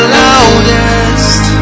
loudest